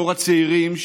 דור הצעירים,